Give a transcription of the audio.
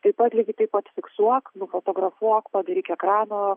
taip pat lygiai taip pat fiksuok nufotografuok padaryk ekrano